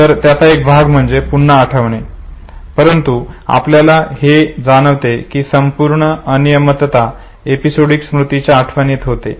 तर त्याचा एक भाग म्हणजे पुन्हा आठवणे परंतु आपल्याला हे जाणवते की संपूर्ण अनियमितता एपिसोडिक स्मृतीच्या आठवणीत होते